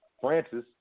Francis